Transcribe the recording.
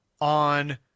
on